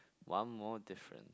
one more difference